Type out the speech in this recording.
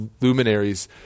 luminaries